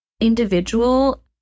individual